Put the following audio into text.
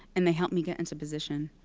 and they helped me get into position.